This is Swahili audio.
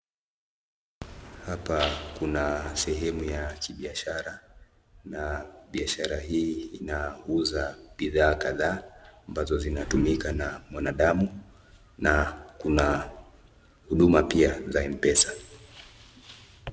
Hapa kuna sehemu ya kibiashara na biashara hii inauza bidhaa kadhaa ambazo zinatumika na mwanadamu, na kuna huduma pia za M-Pesa.